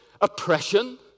oppression